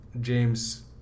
James